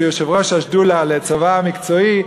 שהוא יושב-ראש השדולה לצבא מקצועי,